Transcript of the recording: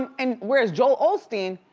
um and whereas joel osteen,